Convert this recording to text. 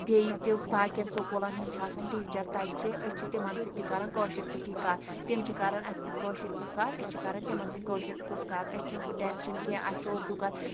بیٚیہِ تہِ باقٮ۪ن سکوٗلن ہٕنٛدۍ تہِ چھِ آسان ٹیٖچر تتہِ چھِ أسۍ چھِ تِمَن سۭتۍ کَران کٲشِر پٲٹھی کَتھ تِم چھِ کَران اَسہِ سۭتۍ کٲشِر پٲٹھۍ کَتھ أسۍ چھِ کَران تِمَن سۭتۍ کٲشِر پٲٹھۍ کَتھ أسۍ چھُنہٕ سُہ ٹٮ۪نشَن کیٚنٛہہ اَسہِ چھُ اُردو کَرُن